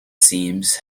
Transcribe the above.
seems